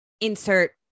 insert